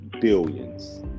billions